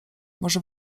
może